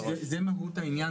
מהות העניין